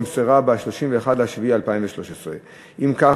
נמסרה ב-31 ביולי 2013. אם כך,